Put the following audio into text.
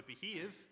behave